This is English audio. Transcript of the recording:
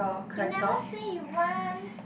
you never say you want